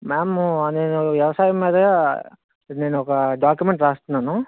ma'am నేను వ్యవసాయం మీద నేనొక డాక్యుమెంట్ రాస్తున్నాను